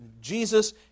Jesus